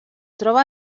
troba